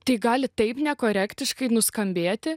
tai gali taip nekorektiškai nuskambėti